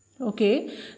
okay